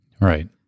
Right